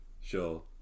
Sure